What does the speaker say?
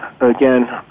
again